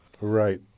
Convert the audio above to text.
Right